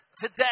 today